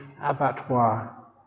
abattoir